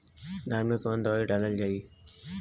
धान मे कवन दवाई डालल जाए?